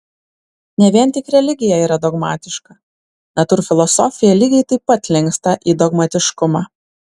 ne vien tik religija yra dogmatiška natūrfilosofija lygiai taip pat linksta į dogmatiškumą